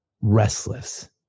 restless